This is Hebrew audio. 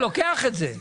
הוא לוקח את זה.